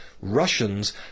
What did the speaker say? russians